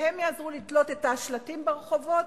והם יעזרו לתלות את השלטים ברחובות,